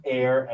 air